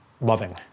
loving